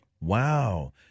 Wow